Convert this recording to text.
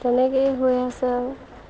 তেনেকেই হৈ আছে